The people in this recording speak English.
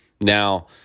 Now